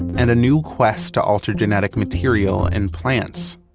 and a new quest to alter genetic material and plants.